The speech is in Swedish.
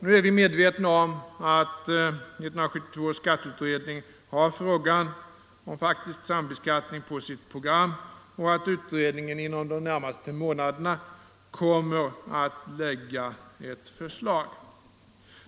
Vi är nu medvetna om att 1972 års skatteutredning har frågan om faktisk sambeskattning på sitt program och att ett förslag kommer att läggas fram inom de närmaste månaderna.